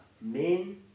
men